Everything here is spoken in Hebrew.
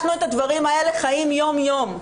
את הדברים האלה אנחנו חיים יום יום.